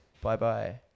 Bye-bye